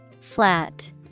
Flat